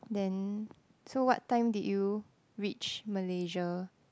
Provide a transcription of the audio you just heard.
then so what time did you reach Malaysia